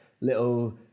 little